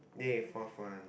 ya fourth one